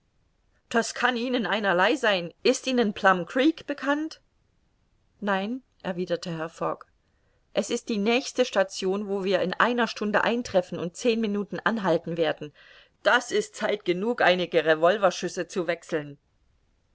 das kann ihnen einerlei sein ist ihnen plum creek bekannt nein erwiderte herr fogg es ist die nächste station wo wir in einer stunde eintreffen und zehn minuten anhalten werden das ist zeit genug einige revolverschüsse zu wechseln